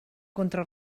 contra